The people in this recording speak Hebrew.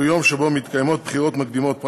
שהוא יום שבו מתקיימות בחירות מקדימות,